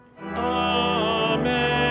Amen